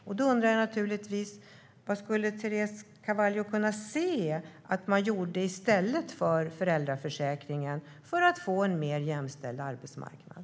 Vad kan Teresa Carvalho tänka sig att göra i stället för att använda föräldraförsäkringen för att få en mer jämställd arbetsmarknad?